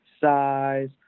size